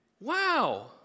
Wow